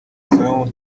são